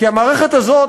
כי המערכת הזאת,